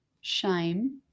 shame